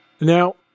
Now